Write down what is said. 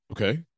Okay